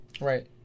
right